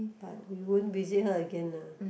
but we won't visit her again lah